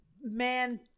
man